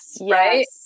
Right